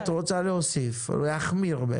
את רוצה להוסיף, להחמיר.